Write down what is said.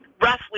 roughly